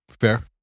fair